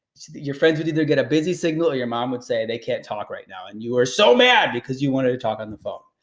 your friends would either get a busy signal, or your mom would say they can't talk right now, and you were so mad because you wanted to talk on the phone.